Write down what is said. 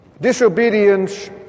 Disobedience